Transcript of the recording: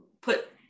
put